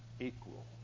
equal